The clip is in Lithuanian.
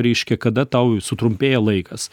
reiškia kada tau sutrumpėja laikas